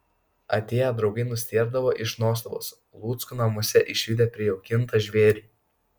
atėję draugai nustėrdavo iš nuostabos luckų namuose išvydę prijaukintą žvėrį